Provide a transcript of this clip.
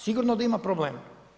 Sigurno da ima problema.